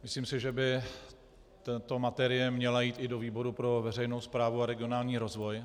Myslím si, že by tato materie měla jít i do výboru pro veřejnou správu a regionální rozvoj.